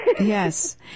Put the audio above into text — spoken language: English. Yes